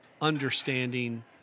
understanding